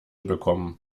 bekommen